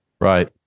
Right